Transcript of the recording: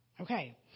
Okay